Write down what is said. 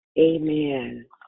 Amen